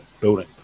building